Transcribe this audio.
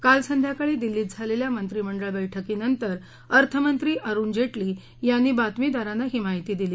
काल संध्याकाळी दिल्लीत झालेल्या मंत्रिमंडळ बैठकीनंतर अर्थमंत्री अरुण जेटली यांनी बातमीदारांना ही माहिती दिली